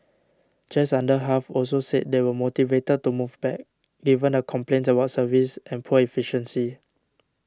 just under half also said they were motivated to move back given the complaints about service and poor efficiency